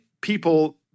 people